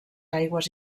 aigües